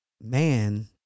Man